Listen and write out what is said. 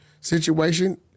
situation